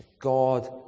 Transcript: God